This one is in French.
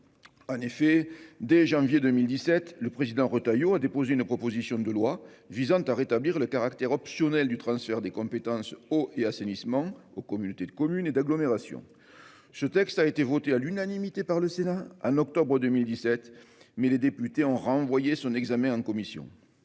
En effet, dès janvier 2017, le président Retailleau a déposé une proposition de loi visant à rétablir le caractère optionnel du transfert des compétences eau et assainissement aux communautés de communes et d'agglomération. Ce texte a été voté à l'unanimité par le Sénat en octobre 2017, mais les députés ont renvoyé son examen en commission.